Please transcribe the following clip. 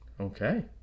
Okay